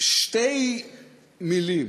שתי מילים.